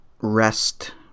rest